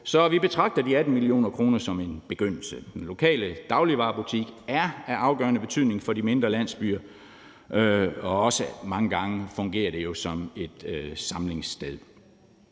så vi betragter de 18 mio. kr. som en begyndelse. Den lokale dagligvarebutik er af afgørende betydning for de mindre landsbyer, og mange gange fungerer det jo også som et samlingssted.